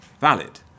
valid